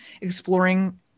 exploring